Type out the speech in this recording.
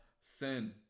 sin